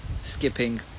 skipping